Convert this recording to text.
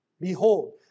behold